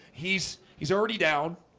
he's he's already down